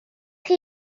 chi